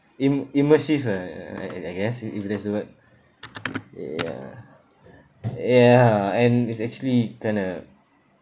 im~ immersive ah uh uh I I guess if if that's the word ya ya and it's actually kind of